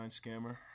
scammer